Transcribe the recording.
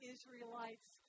Israelites